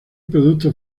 producto